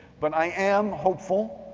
but i am hopeful,